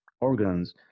organs